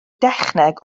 dechneg